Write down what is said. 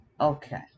okay